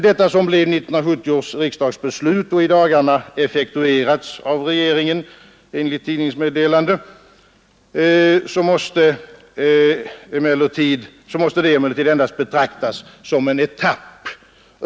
Detta som blev 1971 års riksdags beslut, vilket i dagarna effektuerats av regeringen enligt tidningsmeddelande, måste emellertid ändå betraktas som en etapp.